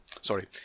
sorry